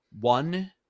one